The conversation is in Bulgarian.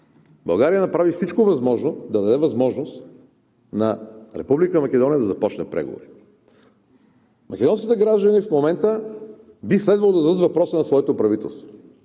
България направи всичко възможно, за да даде възможност на Република Македония да започне преговори. Македонските граждани в момента би следвало да зададат въпрос на своето правителство: